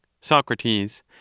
Socrates